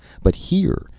but here,